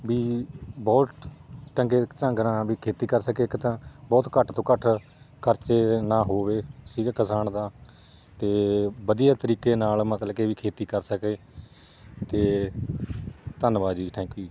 ਵੀ ਬਹੁਤ ਚੰਗੇ ਢੰਗ ਨਾਲ ਵੀ ਖੇਤੀ ਕਰ ਸਕੇ ਇੱਕ ਤਾਂ ਬਹੁਤ ਘੱਟ ਤੋਂ ਘੱਟ ਖ਼ਰਚੇ ਨਾ ਹੋਵੇ ਠੀਕ ਹੈ ਕਿਸਾਨ ਦਾ ਅਤੇ ਵਧੀਆ ਤਰੀਕੇ ਨਾਲ ਮਤਲਬ ਕੇ ਵੀ ਖੇਤੀ ਕਰ ਸਕੇ ਅਤੇ ਧੰਨਵਾਦ ਜੀ ਥੈਂਕ ਯੂ ਜੀ